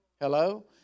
Hello